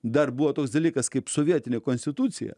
dar buvo toks dalykas kaip sovietinė konstitucija